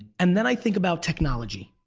and then i think about technology.